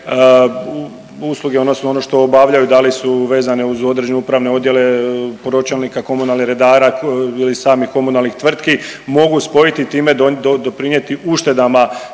odnosno ono što obavljaju, da li su vezane uz određene upravne odjele pročelnika, komunalnih redara ili samih komunalnih tvrtki mogu spojiti i time doprinjeti uštedama